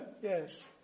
Yes